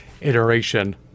iteration